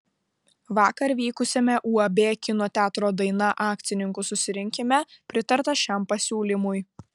vakar vykusiame uab kino teatro daina akcininkų susirinkime pritarta šiam pasiūlymui